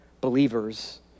believers